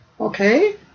Okay